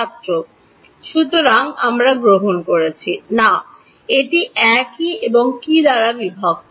ছাত্র সুতরাং আমরা গ্রহণ করছি না এটি একই এবং কি দ্বারা বিভক্ত